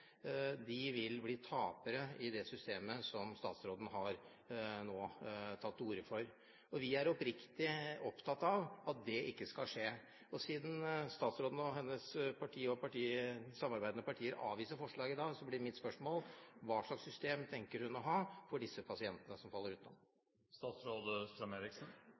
De vil bli tapere i det systemet som statsråden nå har tatt til orde for, og vi er oppriktig opptatt av at det ikke skal skje. Siden statsråden og hennes parti og samarbeidende partier avviser forslaget i dag, blir mitt spørsmål: Hva slags system tenker hun å ha for disse pasientene som faller